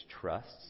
trusts